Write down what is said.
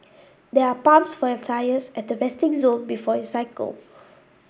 there are pumps for your tyres at the resting zone before you cycle